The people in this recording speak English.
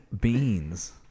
beans